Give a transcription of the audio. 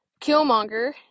Killmonger